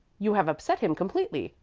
you have upset him completely.